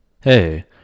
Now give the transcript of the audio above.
Hey